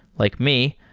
like me,